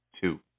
two